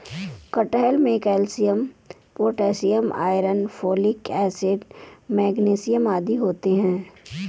कटहल में calcium potassium iron folic acid magnesium आदि होते हैं